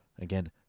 Again